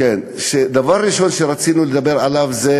הדבר הראשון שרצינו לדבר עליו זה